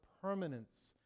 permanence